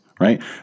right